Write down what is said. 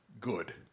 Good